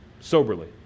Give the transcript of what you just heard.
soberly